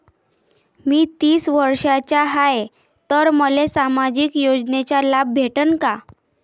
मी तीस वर्षाचा हाय तर मले सामाजिक योजनेचा लाभ भेटन का?